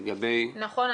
נכון.